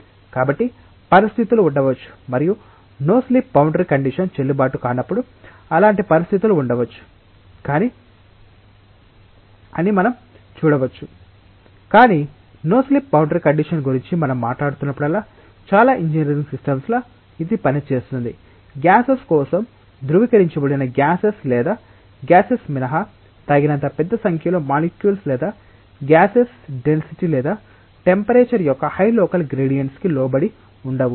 కాబట్టి పరిస్థితులు ఉండవచ్చు మరియు నో స్లిప్ బౌండరీ కండిషన్ చెల్లుబాటు కానప్పుడు అలాంటి పరిస్థితులు ఉండవచ్చు అని మనం చూడవచ్చు కాని నో స్లిప్ బౌండరీ కండిషన్ గురించి మనం మాట్లాడుతున్నప్పుడు చాలా ఇంజనీరింగ్ సిస్టమ్స్ లో ఇది పని చేస్తుంది గ్యాసెస్ కోసం ధృవీకరించబడిన గ్యాసెస్ లేదా గ్యాసెస్ మినహా తగినంత పెద్ద సంఖ్యలో మాలిక్యూల్స్ లేదా గ్యాసెస్ డెన్సిటీ లేదా టెంపరేచర్ యొక్క హై లోకల్ గ్రేడియoట్స్ కి లోబడి ఉండవు